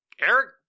Eric